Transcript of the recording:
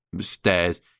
stairs